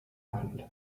happened